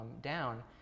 down